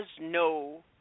no